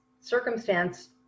circumstance